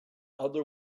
other